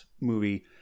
Movie